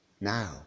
Now